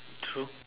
true